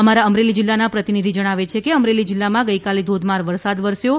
અમારા અમરેલી જિલ્લા ના પ્રતિનિધિ જણાવે છે કે અમરેલી જીલ્લામાં ગઇકાલે ધોધમાર વરસાદ વરસ્યો હતો